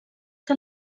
que